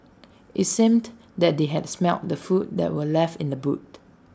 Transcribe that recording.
IT seemed that they had smelt the food that were left in the boot